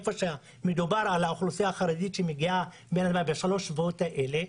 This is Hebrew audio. איפה שמדובר על האוכלוסייה החרדית שמגיעה בשלושת השבועות האלה,